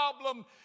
problem